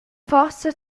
forsa